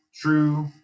true